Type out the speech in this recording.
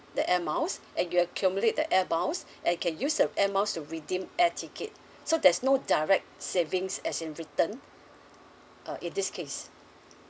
the air miles and you accumulate the air miles and you can use the air miles to redeem air ticket so there's no direct savings as in returned uh in this case